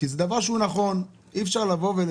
בתנאי שגם אתה מספר על אימא וסבתא.